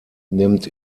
nimmt